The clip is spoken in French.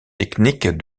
techniques